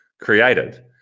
created